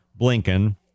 Blinken